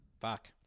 Fuck